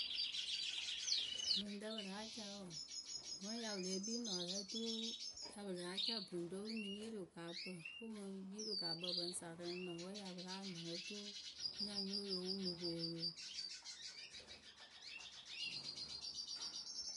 Bɨŋrǝ pɨ láa ca wǝǝ vǝ́ ŋ ya pɨ lée kpii nɔŋwǝ rɛ oturu ya pɨ láa ca bɨŋrǝ we ǝ pɨ ŋ mɨ yiili wɨkaakpǝ pɨ ŋ mɨ yiili wɨkaakpǝ pɨ ŋ saŋ rɨ nɔŋwǝ we pɨ ya pɨ láa nɔŋ oturu nya nyo yo wɨ ŋ mɨ poŋ oyo.